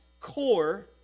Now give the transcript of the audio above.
core